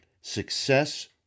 Success